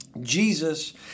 Jesus